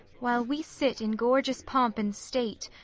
while we sit in gorgeous pomp and state,